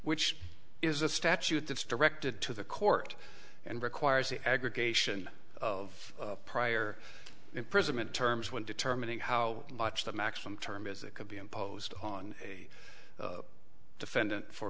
which is a statute that is directed to the court and requires the aggregation of prior imprisonment terms when determining how much the maximum term is it could be imposed on a defendant for